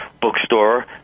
Bookstore